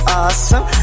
awesome